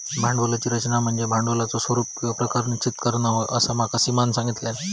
भांडवली रचना म्हनज्ये भांडवलाचा स्वरूप किंवा प्रकार निश्चित करना होय, असा माका सीमानं सांगल्यान